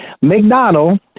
McDonald